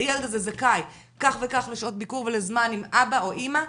הילד הזה זכאי כך וכך לשעות ביקור וזמן עם אבא או אימא,